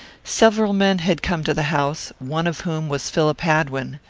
several men had come to the house, one of whom was philip hadwin.